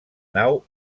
nau